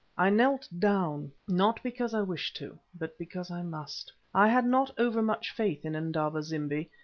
i knelt down, not because i wished to, but because i must. i had not overmuch faith in indaba-zimbi,